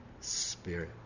Spirit